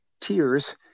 tears